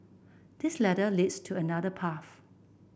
this ladder leads to another path